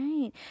Right